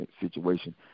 situation